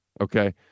okay